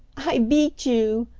i beat you,